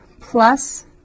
plus